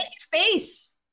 face